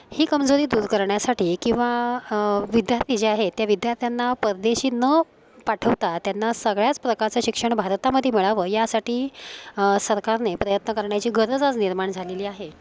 ही कमजोरी दूर करण्यासाठी किंवा विद्यार्थी जे आहेत त्या विद्यार्थ्यांना परदेशी न पाठवता त्यांना सगळ्याच प्रकारचं शिक्षण भारतामध्ये मिळावं यासाठी सरकारने प्रयत्न करण्याची गरज आज निर्माण झालेली आहे